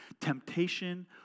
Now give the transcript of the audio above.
Temptation